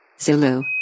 zulu